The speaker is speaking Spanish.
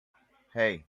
hey